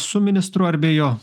su ministru ar be jo